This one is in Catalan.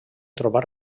trobar